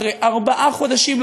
ארבעה חודשים,